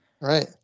Right